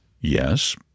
Yes